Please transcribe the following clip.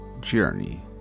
journey